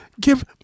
give